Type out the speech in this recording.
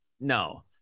no